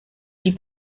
die